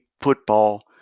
football